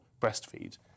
breastfeed